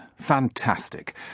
Fantastic